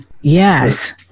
Yes